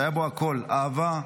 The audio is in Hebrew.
היה בו הכול: אהבה,